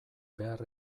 behar